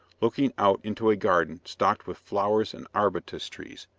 looking out into a garden stocked with flowers and arbutus trees,